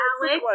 Alex